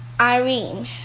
Irene